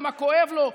במה כואב לו,